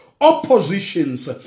oppositions